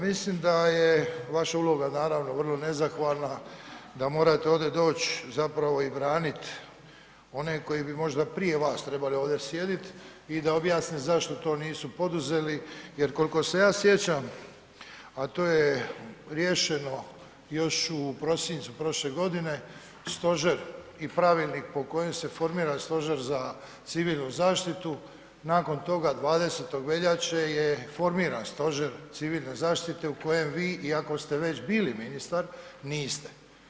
Mislim da je vaša uloga naravno vrlo nezahvalna, da morate ovdje doć zapravo i branit one koji bi možda prije vas trebali ovdje sjedit i da objasne zašto to nisu poduzeli jer koliko se ja sjećam, a to je riješeno još u prosincu prošle godine, stožer i pravilnik po kojem se formira Stožer za civilnu zaštitu nakon toga 20.veljače je i formiran Stožer civilne zaštite u kojem vi iako ste već bili ministar niste.